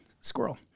squirrel